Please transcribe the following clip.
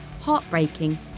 heartbreaking